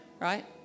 right